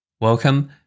Welcome